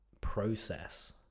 process